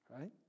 Right